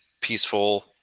peaceful